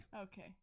Okay